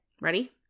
Ready